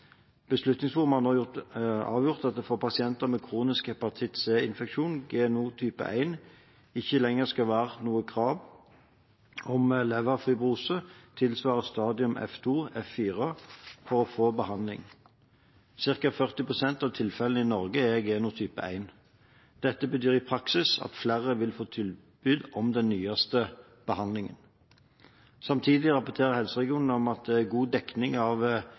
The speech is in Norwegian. har nå avgjort at det for pasienter med kronisk hepatitt C-infeksjon genotype 1 ikke lenger skal være noe krav om leverfibrose tilsvarende stadium F2-F4 for å få behandling. Cirka 40 pst. av tilfellene i Norge er genotype 1. Dette betyr i praksis at flere vil få tilbud om den nyeste behandlingen. Samtidig rapporterer helseregionene om at det er god dekning av